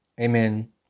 Amen